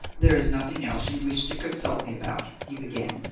there is nothing else you wish to consult me about, he began,